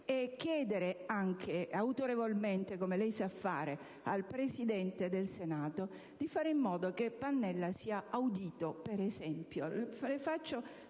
e chiedere anche autorevolmente, come lei sa fare, al Presidente del Senato di fare in modo che Pannella sia audito - faccio